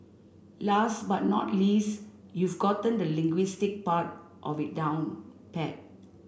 last but not least you've gotten the linguistics part of it down pat